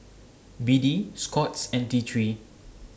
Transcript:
B D Scott's and T three